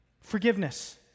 Forgiveness